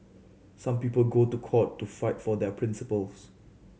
some people go to court to fight for their principles